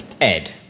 Ed